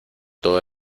todo